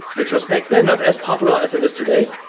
retrospect they're not as popular as it is today.